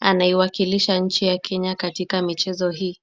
Anaiwakilisha nchi ya Kenya katika michezo hii.